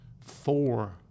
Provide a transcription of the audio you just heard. four